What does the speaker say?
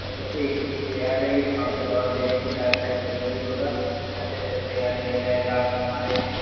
अच्छा ठीक है ठीक है आ जाइए हम आपको दवा दे देंगे टायफाइड का जो भी होगा अच्छे से अच्छा इलाज किया जाएगा आपका हमारे यहाँ